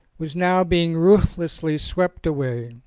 was now being ruthlessly swept away.